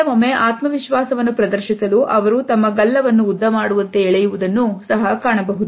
ಕೆಲವೊಮ್ಮೆ ಆತ್ಮವಿಶ್ವಾಸವನ್ನು ಪ್ರದರ್ಶಿಸಲು ಅವರು ತಮ್ಮ ಗಲ್ಲವನ್ನು ಉದ್ದ ಮಾಡುವಂತೆ ಎಳೆಯುವುದನ್ನು ಸಹ ಕಾಣಬಹುದು